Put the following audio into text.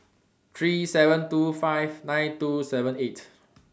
three thousand seven hundred and twenty five nine thousand two hundred and seventy eight